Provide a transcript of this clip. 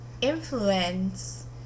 influence